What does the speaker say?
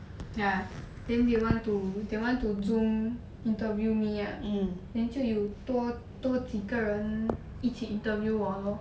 ya I think they want to they want to zoom interview me ah then 就有多多几个人一起 interview 我 lor